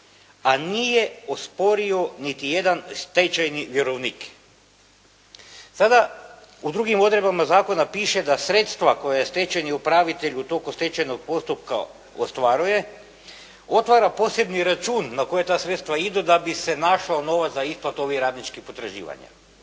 a nije osporio niti jedan stečajni vjerovnik." Sada u drugim odredbama piše da sredstva koja je stečajni upravitelj u toku stečajnog postupka ostvaruje, otvara posebni račun na koji ta sredstva idu da bi se našao novac da … /Govornik se ne